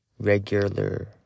regular